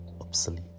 obsolete